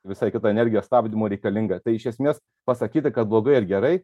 visai kita energija stabdymo reikalinga tai iš esmės pasakyti kad blogai ar gerai